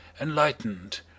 enlightened